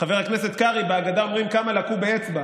חבר הכנסת קרעי, בהגדה אומרים: "כמה לקו באצבע?"